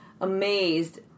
amazed